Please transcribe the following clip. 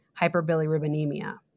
hyperbilirubinemia